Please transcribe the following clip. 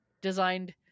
designed